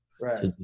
Right